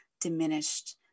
diminished